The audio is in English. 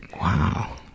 Wow